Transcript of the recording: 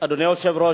אדוני היושב-ראש,